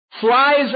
flies